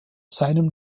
seinem